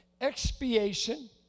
Expiation